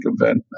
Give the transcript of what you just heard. event